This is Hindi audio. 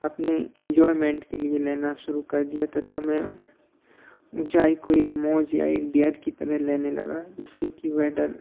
अपने इन्जॉयमेंट के लिए लेना शुरू कर दिया तथा मैं ऊँचाई को एक मौज या एक डेयर की तरह लेने लगा जिससे कि वह डर